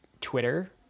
Twitter